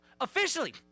Officially